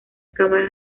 cámaras